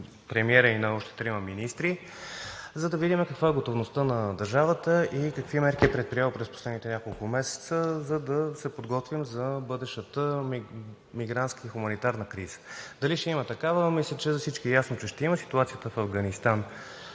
премиера и още трима министри, за да видим каква е готовността на държавата и какви мерки е предприела през последните няколко месеца, за да се подготвим за бъдещата мигрантска и хуманитарна криза. Дали ще има такава, мисля, че за всички е ясно, че ще има. Ситуацията в Афганистан